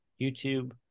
YouTube